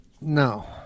no